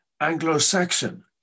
Anglo-Saxon